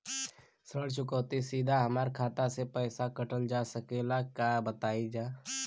ऋण चुकौती सीधा हमार खाता से पैसा कटल जा सकेला का बताई जा?